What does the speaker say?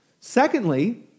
Secondly